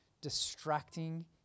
distracting